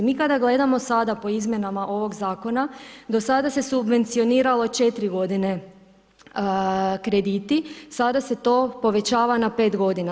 Mi kada gledamo sada po izmjenama ovog zakona, do sada se subvencioniralo 4 godine krediti, sada se to povećava na 5 godina.